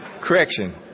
Correction